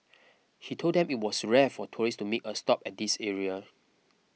he told them it was rare for tourists to make a stop at this area